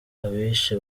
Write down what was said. abishe